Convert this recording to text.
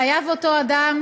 חייב ליידע אותו אדם